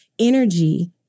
energy